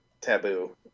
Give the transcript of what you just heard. taboo